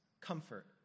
comfort